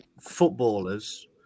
footballers